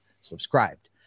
subscribed